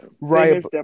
Right